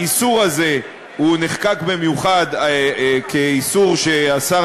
האיסור הזה נחקק במיוחד כאיסור שהשר